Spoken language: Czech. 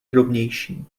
drobnější